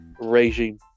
regime